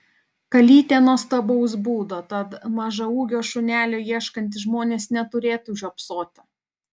kalytė nuostabaus būdo tad mažaūgio šunelio ieškantys žmonės neturėtų žiopsoti